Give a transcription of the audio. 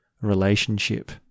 relationship